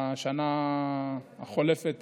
בשנה החולפת